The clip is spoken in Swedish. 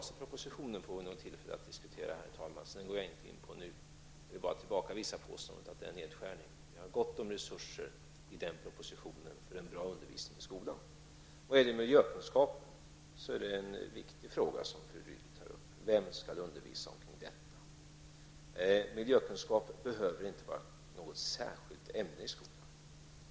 Herr talman! Vi får nog tillfälle att diskutera gymnasiepropositionen senare, så den skall jag inte gå in på nu. Jag vill endast tillbakavisa påståendet att det är fråga om en nedskärning. Den propositionen ger gott om resurser för en bra undervisning i skolan. När det gäller miljökunskap är det en viktig fråga som fru Rydle tar upp: Vem skall undervisa kring detta? Miljökunskap behöver inte vara något särskilt ämne i skolan.